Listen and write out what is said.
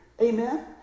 amen